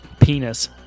penis